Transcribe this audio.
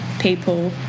people